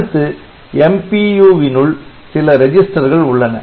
அடுத்து MPU வினுள் சில ரெஜிஸ்டர்கள் உள்ளன